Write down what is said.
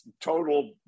total